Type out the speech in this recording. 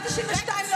אז את רוצה פוליטיזציה.